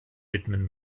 widmen